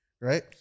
right